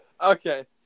Okay